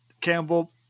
Campbell